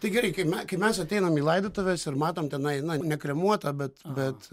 tai gerai kai me kai mes ateinam į laidotuves ir matom tenai na nekremuotą bet bet